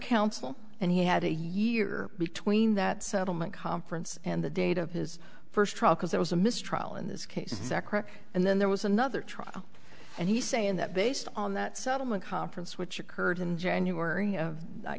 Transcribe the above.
counsel and he had a year between that settlement conference and the date of his first trial because there was a mistrial in this case and then there was another trial and he's saying that based on that settlement conference which occurred in january of